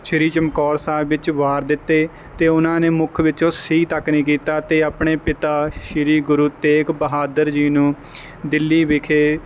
ਸ਼੍ਰੀ ਚਮਕੌਰ ਸਾਹਿਬ ਵਿੱਚ ਵਾਰ ਦਿੱਤੇ ਅਤੇ ਉਹਨਾਂ ਨੇ ਮੁੱਖ ਵਿੱਚੋਂ ਸੀ ਤੱਕ ਨਹੀਂ ਕੀਤਾ ਅਤੇ ਆਪਣੇ ਪਿਤਾ ਸ਼੍ਰੀ ਗੁਰੂ ਤੇਗ ਬਹਾਦਰ ਜੀ ਨੂੰ ਦਿੱਲੀ ਵਿਖੇ